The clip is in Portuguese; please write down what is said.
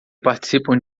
participam